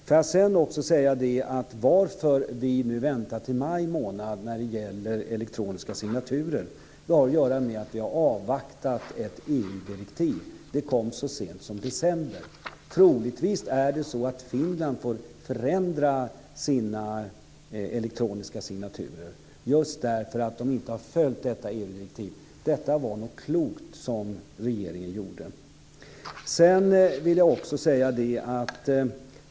Får jag sedan också säga att varför vi nu väntar till maj månad när det gäller elektroniska signaturer har att göra med att vi har avvaktat ett EU-direktiv. Det kom så sent som i december. Troligtvis får Finland förändra sina elektroniska signaturer just därför att de inte har följt detta EU-direktiv. Det som regeringen gjorde var nog klokt.